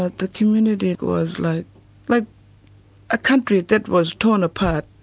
ah the community was like like a country that was torn apart,